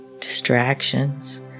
distractions